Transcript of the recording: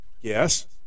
Yes